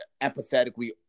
empathetically